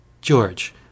George